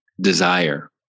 desire